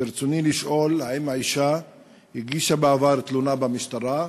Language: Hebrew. ברצוני לשאול: 1. האם האישה הגישה בעבר תלונה במשטרה?